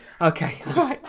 Okay